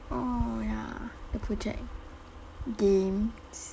oh ya the project games